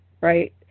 Right